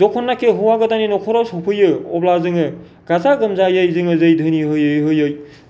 जखननाखि हौआ गोदाननि न'खराव सफैयो अब्ला जोङो गाजा गोमजायै जोङो जोय धोनि होयै होयै